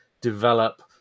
develop